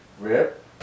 Rip